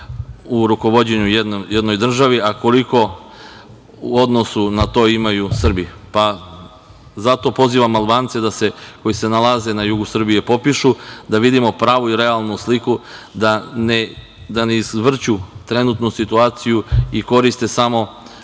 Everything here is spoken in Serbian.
u rukovođenju jednoj državi, a koliko u odnosu na to imaju Srbi. Zato pozivam Albance da se, koji se nalaze na jugu Srbije, popišu, da vidimo pravu i realnu sliku, da ne izvrću trenutnu situaciju i koriste samo